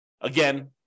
Again